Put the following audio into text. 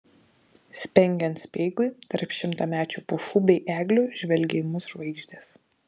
spengiant speigui tarp šimtamečių pušų bei eglių žvelgė į mus žvaigždės